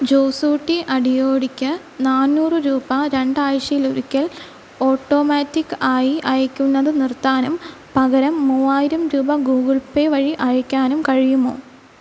ജോസൂട്ടി അടിയോടിക്ക് നാനൂറ് രൂപ രണ്ടാഴ്ചയിലൊരിക്കല് ഓട്ടോമാറ്റിക്ക് ആയി അയക്കുന്നത് നിർത്താനും പകരം മൂവായിരം രൂപ ഗൂഗിൾ പേ വഴി അയക്കാനും കഴിയുമോ